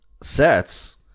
sets